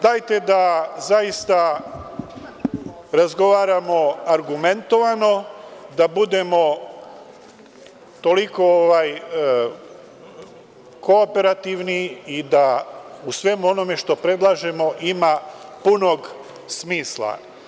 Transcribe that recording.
Dajte da zaista razgovaramo argumentovano, da budemo toliko kooperativni i da u svemu onome što predlažemo ima punog smisla.